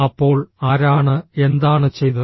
അപ്പോൾ ആരാണ് എന്താണ് ചെയ്തത്